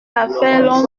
affaire